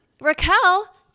Raquel